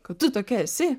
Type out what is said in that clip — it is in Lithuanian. kad tu tokia esi